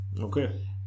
Okay